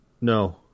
No